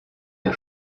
der